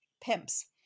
pimps